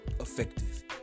effective